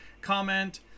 comment